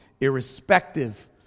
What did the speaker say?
irrespective